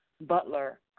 Butler